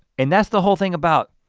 and that's the whole thing about,